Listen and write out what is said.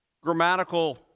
grammatical